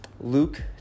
luke